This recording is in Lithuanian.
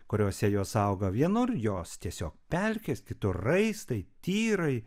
kuriose jos auga vienur jos tiesiog pelkės kitur raistai tyrai